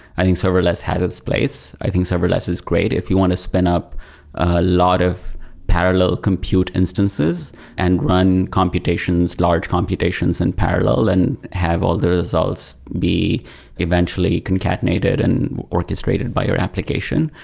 i think serverless had its place. i think serverless is great if you want to spend up a lot of parallels compute instances and run computations, large computations in parallel and have all the results be eventually concatenated and orchestrated by your application.